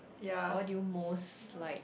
what do you most like